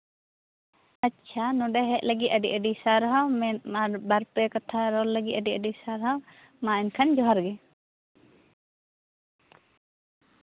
ᱟᱪᱪᱷᱟ ᱱᱚᱸᱰᱮ ᱦᱮᱡ ᱞᱟᱹᱜᱤᱫ ᱟᱹᱰᱤᱼᱟᱹᱰᱤ ᱥᱟᱨᱦᱟᱣ ᱟᱨ ᱢᱤᱫ ᱵᱟᱨᱼᱯᱮ ᱠᱟᱛᱷᱟ ᱨᱚᱲ ᱞᱟᱹᱜᱤᱫ ᱟᱹᱰᱤᱼᱟᱹᱰᱤ ᱥᱟᱨᱦᱟᱣ ᱢᱟ ᱮᱱᱠᱷᱟᱱ ᱡᱚᱦᱟᱨ ᱜᱮ